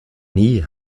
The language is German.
nie